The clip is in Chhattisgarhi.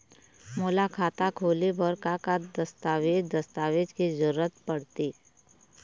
मोला खाता खोले बर का का दस्तावेज दस्तावेज के जरूरत पढ़ते?